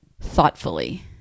thoughtfully